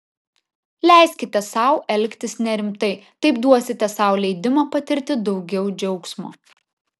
leiskite sau elgtis nerimtai taip duosite sau leidimą patirti daugiau džiaugsmo